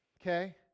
okay